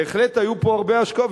בהחלט היו פה הרבה השקעות,